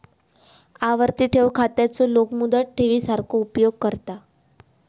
आवर्ती ठेव खात्याचो लोक मुदत ठेवी सारखो उपयोग करतत